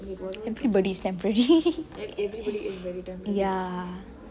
everybody's temporary ya